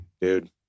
dude